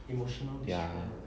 ya